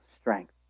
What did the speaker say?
strength